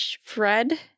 fred